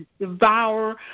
devour